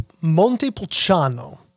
Montepulciano